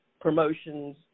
promotions